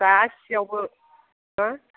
गासैयावबो हो